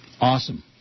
Awesome